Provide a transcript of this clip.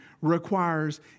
requires